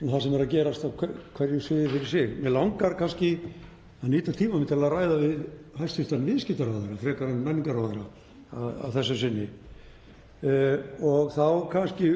það sem er að gerast á hverju sviði fyrir sig. Mig langar að nýta tíma minn til að ræða við hæstv. viðskiptaráðherra frekar en menningarráðherra að þessu sinni og þá kannski